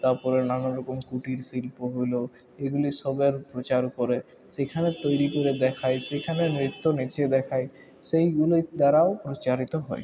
তারপরে নানা রকম কুটিরশিল্প হল এগুলির সবের প্রচার করে সেখানে তৈরি করে দেখায় সেখানে নৃত্য নেচে দেখায় সেইগুলোর দ্বারাও প্রচারিত হয়